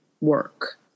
work